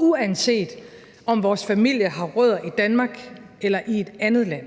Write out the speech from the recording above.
Uanset om vores familie har rødder i Danmark eller i et andet land,